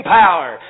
power